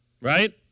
right